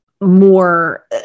more